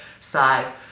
side